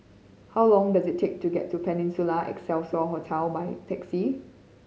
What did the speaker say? how long does it take to get to Peninsula Excelsior Hotel by taxi